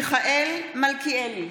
מיכאל מלכיאלי,